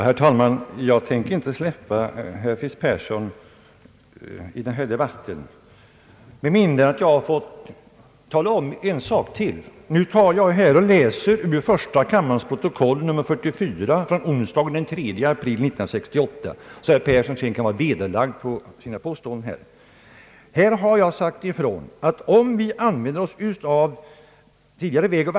Herr talman! Jag tänker inte släppa herr Fritz Persson i den här debatten med mindre än att jag har fått tala om ytterligare en sak. Jag har tidigare sagt att om man utgår från vägoch vattenbyggnadsstyrelsens vägindex kommer man fram till en siffra som visar på ett underskott på inte mindre än 1850 miljoner kronor.